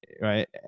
Right